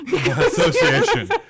association